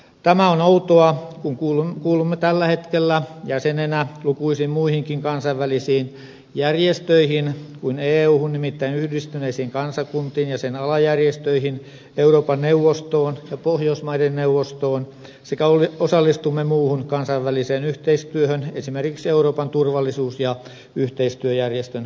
tämä on outoa kun kuulumme tällä hetkellä jäsenenä lukuisiin muihinkin kansainvälisiin järjestöihin kuin euhun nimittäin yhdistyneisiin kansakuntiin ja sen alajärjestöihin euroopan neuvostoon ja pohjoismaiden neuvostoon sekä osallistumme muuhun kansainväliseen yhteistyöhön esimerkiksi euroopan turvallisuus ja yhteistyöjärjestön piirissä